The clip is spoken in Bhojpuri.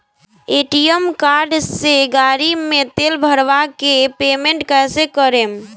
ए.टी.एम कार्ड से गाड़ी मे तेल भरवा के पेमेंट कैसे करेम?